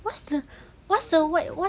what's the what's the word what's